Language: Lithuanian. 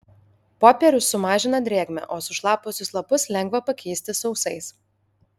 popierius sumažina drėgmę o sušlapusius lapus lengva pakeisti sausais